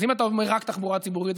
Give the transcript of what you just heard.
אז אם אתה אומר רק תחבורה ציבורית,